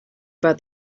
about